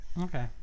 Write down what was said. Okay